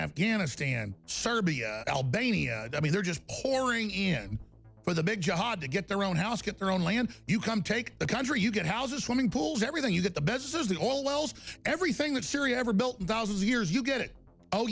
afghanistan serbia albania i mean they're just pouring in for the big job to get their own house get their own land you come take a country you get houses swimming pools everything you get the business is that all wells everything that syria ever built and thousands of years you get it oh